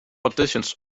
auditions